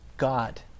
God